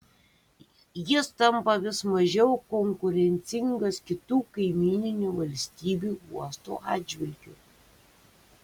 jis tampa vis mažiau konkurencingas kitų kaimyninių valstybių uostų atžvilgiu